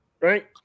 right